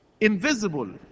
Invisible